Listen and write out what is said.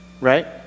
right